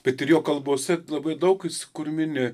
bet ir jo kalbose labai daug jis kur mini